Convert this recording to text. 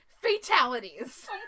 fatalities